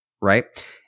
right